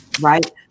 Right